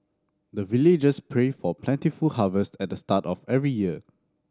the villagers pray for plentiful harvest at the start of every year